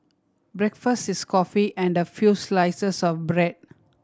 breakfast is coffee and a few slices of bread